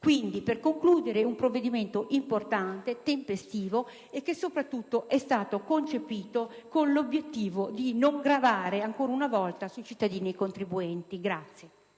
si tratta di un provvedimento importante, tempestivo e che, soprattutto, è stato concepito con l'obiettivo di non gravare ancora una volta su cittadini e contribuenti.